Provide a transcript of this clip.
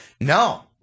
no